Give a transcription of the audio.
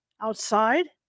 Outside